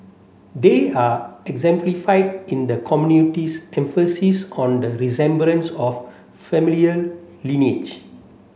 they are exemplified in the community's emphasis on the resemblance of familial lineage